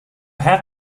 have